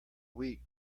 wheat